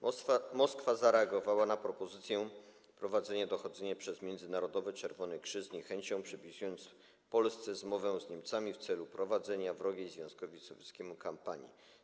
Moskwa zareagowała na propozycję prowadzenia dochodzenia przez Międzynarodowy Czerwony Krzyż z niechęcią, przypisując Polsce zmowę z Niemcami w celu prowadzenia wrogiej Związkowi Sowieckiemu kampanii.